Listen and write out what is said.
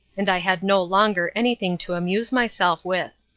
and i had no longer anything to amuse myself with.